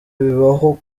bibaho